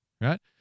Right